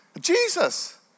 Jesus